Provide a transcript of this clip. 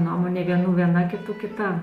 nuomonė vienų viena kitų kita